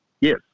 Yes